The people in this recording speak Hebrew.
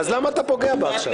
אז למה אתה פוגע בה עכשיו?